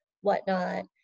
whatnot